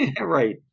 Right